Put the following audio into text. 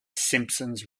simpsons